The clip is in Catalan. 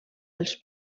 els